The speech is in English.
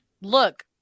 Look